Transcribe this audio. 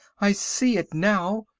i see it now.